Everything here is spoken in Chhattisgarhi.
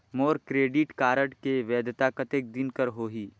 मोर क्रेडिट कारड के वैधता कतेक दिन कर होही?